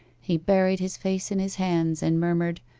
he buried his face in his hands, and murmured,